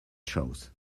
shows